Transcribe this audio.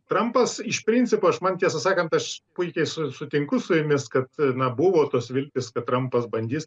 trampas iš principo aš man tiesą sakant aš puikiai su sutinku su jumis kad na buvo tos viltys kad trampas bandys